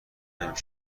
نمی